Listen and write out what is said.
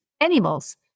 animals